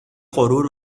غرور